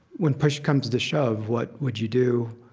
when push comes to shove what would you do?